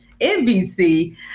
NBC